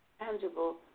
tangible